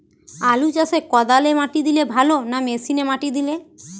আলু চাষে কদালে মাটি দিলে ভালো না মেশিনে মাটি দিলে?